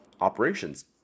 operations